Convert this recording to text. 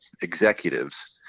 executives